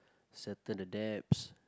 settle the debts